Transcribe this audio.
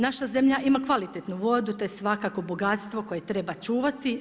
Naša zemlja ima kvalitetnu vodu, te svakako bogatstvo koje treba čuvati.